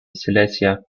silesia